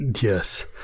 Yes